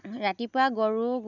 ৰাতিপুৱা গৰু